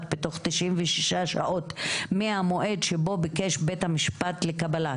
בתוך 96 שעות מהמועד שבו ביקש בית המשפט לקבלה.